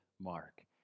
Mark